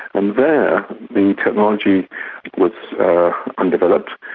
and there the technology was undeveloped,